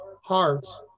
hearts